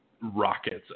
rockets